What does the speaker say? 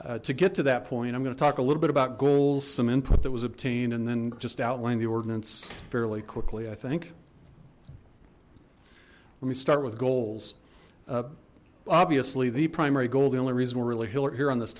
to get to that point i'm going to talk a little bit about goals some input that was obtained and then just outlined the ordinance fairly quickly i think let me start with goals obviously the primary goal the only reason we're really hillier here on this